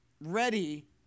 ready